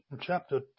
chapter